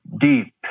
deep